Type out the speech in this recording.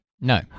No